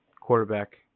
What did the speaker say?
quarterback